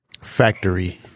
Factory